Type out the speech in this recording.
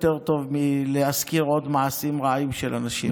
טוב יותר מלהזכיר עוד מעשים רעים של אנשים.